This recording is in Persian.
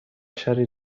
شهر